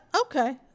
okay